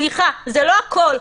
סליחה, זה לא הכול.